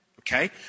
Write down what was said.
okay